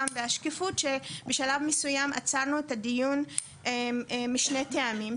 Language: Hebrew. והשקיפות שבשלב מסוים עצרנו את הדיון משני טעמים,